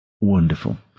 wonderful